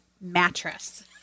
mattress